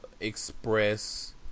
express